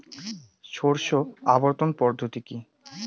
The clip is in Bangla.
শস্য আবর্তন পদ্ধতি কি?